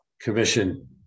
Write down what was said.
commission